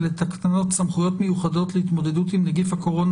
אלה תקנות סמכויות מיוחדות להתמודדות עם נגיף הקורונה